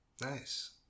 Nice